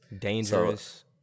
Dangerous